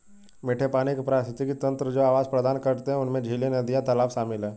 मीठे पानी के पारिस्थितिक तंत्र जो आवास प्रदान करते हैं उनमें झीलें, नदियाँ, तालाब शामिल हैं